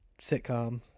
Sitcom